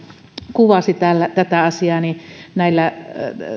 kuvasi tätä asiaa